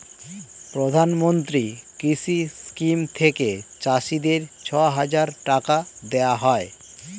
প্রধানমন্ত্রী কৃষি স্কিম থেকে চাষীদের ছয় হাজার টাকা দেওয়া হয়